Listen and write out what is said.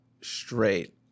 straight